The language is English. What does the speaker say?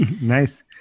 Nice